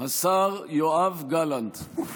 השר יואב גלנט.